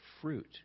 fruit